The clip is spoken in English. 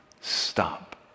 Stop